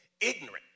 Ignorant